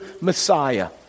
Messiah